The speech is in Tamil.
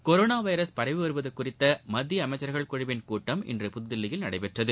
கொரோணா வைரஸ் பரவி வருவது குறித்த மத்திய அமைச்சர்கள் குழுவின் கூட்டம் இன்று புதுதில்லியில் நடைபெற்றது